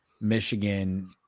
michigan